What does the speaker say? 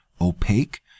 opaque